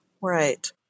Right